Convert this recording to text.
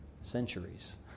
centuries